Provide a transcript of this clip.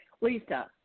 Lisa